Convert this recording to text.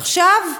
עכשיו,